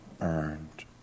earned